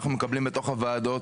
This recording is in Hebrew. אנחנו מקבלים בתוך הוועדות,